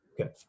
okay